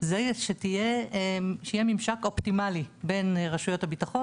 זה שיהיה ממשק אופטימלי בין רשויות הביטחון